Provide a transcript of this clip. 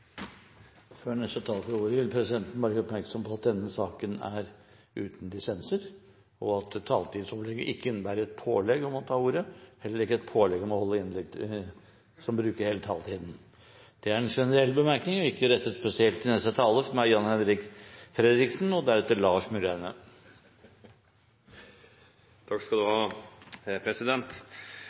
Før neste taler får ordet, vil presidenten bare gjøre oppmerksom på at denne saken er uten dissenser, og at taletidsopplegget ikke innebærer et pålegg om å ta ordet, heller ikke et pålegg om å bruke hele taletiden. Dette er en generell bemerkning og ikke rettet spesielt til neste taler, som er representanten Jan-Henrik Fredriksen. Luftfart i Norge er viktig, og